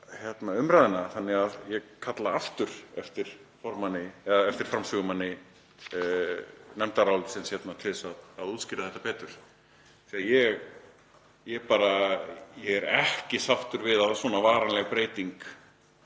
umræðna. Ég kalla aftur eftir framsögumanni nefndarálitsins til að útskýra þetta betur. Ég er ekki sáttur við að svona varanleg breyting